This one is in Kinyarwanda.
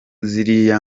ziriya